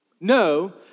No